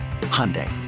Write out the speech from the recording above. Hyundai